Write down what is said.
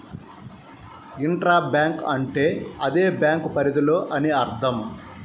intra bank అంటే అదే bank పరిధిలో అని అర్థం